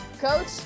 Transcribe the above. Coach